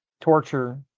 torture